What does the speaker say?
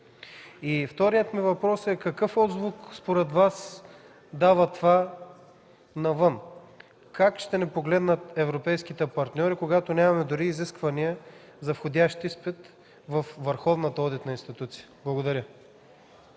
Вторият ми въпрос е: какъв отзвук, според Вас, дава това навън? Как ще ни погледнат европейските партньори, когато нямаме дори изисквания за входящ изпит във върховната одитна институция? Благодаря.